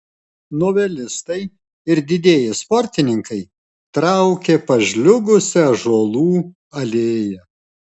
novelistai ir didieji sportininkai traukė pažliugusia ąžuolų alėja